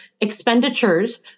expenditures